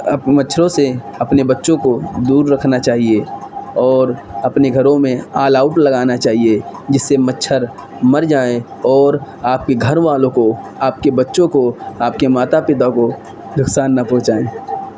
مچھروں سے اپنے بچوں کو دور رکھنا چاہیے اور اپنے گھروں میں آل آؤٹ لگانا چاہیے جس سے مچھر مر جائیں اور آپ کے گھر والوں کو آپ کے بچوں کو آپ کے ماتا پتا کو نقصان نہ پہنچائیں